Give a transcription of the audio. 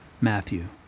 Matthew